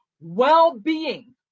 well-being